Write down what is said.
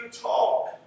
talk